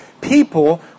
people